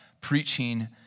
preaching